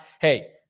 hey